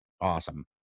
awesome